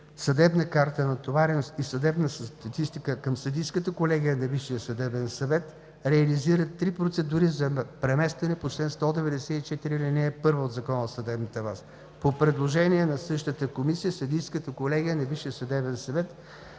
„Съдебна карта, натовареност и съдебна статистика“ към Съдийската колегия на Висшия съдебен съвет реализира три процедури за преместване по чл. 194, ал. 1 от Закона за съдебната власт. По предложение на същата комисия Съдийската колегия на Висшия съдебен съвет